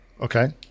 Okay